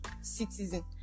citizen